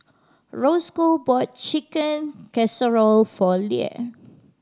Rosco bought Chicken Casserole for Leah